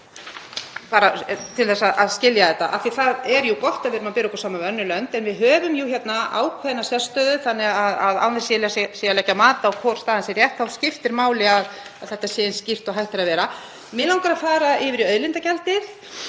bara til þess að skilja þetta. Það er jú gott að við erum að bera okkur saman við önnur lönd en við höfum jú hérna ákveðna sérstöðu þannig að án þess að ég sé að leggja mat á hvor staðan sé rétt þá skiptir máli að þetta sé eins skýrt og hægt er að vera. Mig langar að fara yfir í auðlindagjaldið.